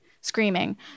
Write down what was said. screaming